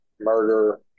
murder